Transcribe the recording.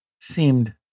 seemed